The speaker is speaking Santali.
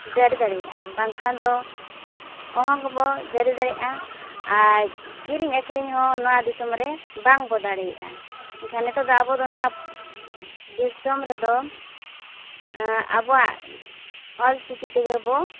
ᱡᱟᱹᱨᱤ ᱫᱟᱲᱮᱭᱟᱜᱼᱟ ᱵᱟᱝᱠᱷᱟᱱ ᱫᱚ ᱚᱦᱚ ᱜᱮᱵᱚᱱ ᱡᱟᱹᱨᱤ ᱫᱟᱲᱮᱭᱟᱜᱼᱟ ᱟᱨ ᱠᱤᱨᱤᱧ ᱟᱠᱷᱨᱤᱧ ᱦᱚᱸ ᱱᱚᱣᱟ ᱫᱤᱥᱚᱢ ᱨᱮ ᱵᱟᱝᱵᱚᱱ ᱫᱟᱲᱮᱭᱟᱜᱼᱟ ᱮᱱᱠᱷᱟᱱ ᱱᱤᱛᱚᱜ ᱫᱚ ᱟᱵᱚ ᱫᱚ ᱱᱚᱣᱟ ᱫᱤᱥᱚᱢ ᱨᱮᱫᱚ ᱟᱵᱚᱣᱟᱜ ᱚᱞᱪᱤᱠᱤ ᱛᱮᱜᱮ ᱵᱚᱱ